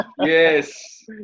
Yes